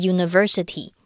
University